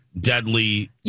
Deadly